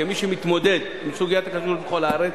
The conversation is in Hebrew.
כמי שמתמודד עם סוגיית הכשרות בכל הארץ,